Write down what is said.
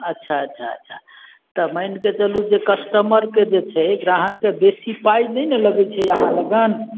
अच्छा अच्छा अच्छा तऽ मानिके चलू जे कस्टमरके जे छै एकरा अहाँके बेसी पाइ नहि ने लगै छै अहाँलग